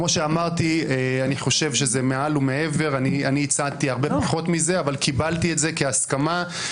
שבה אני גם נכחתי הם הציעו את עמדתם כעמדת האופוזיציה,